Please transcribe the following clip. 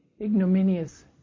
ignominious